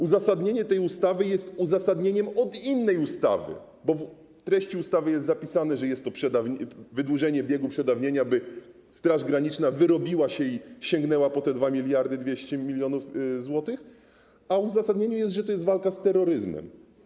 Uzasadnienie tej ustawy jest uzasadnieniem innej ustawy, bo w treści ustawy jest zapisane, że jest to wydłużenie biegu przedawnienia, aby Straż Graniczna wyrobiła się i sięgnęła po te 2200 mln zł, a w uzasadnieniu jest napisane, że jest to walka z terroryzmem.